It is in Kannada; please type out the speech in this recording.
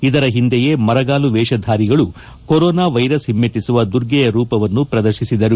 ಇದರ ಹಿಂದೆಯೇ ಮರಗಾಲು ವೇಷಧಾರಿಗಳು ಕೊರೊನಾ ವೈರಸ್ ಹಿಮ್ನೆಟ್ಟಸುವ ದುರ್ಗೆಯ ರೂಪವನ್ನು ಪ್ರದರ್ತಿಸಿದರು